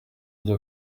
ibyo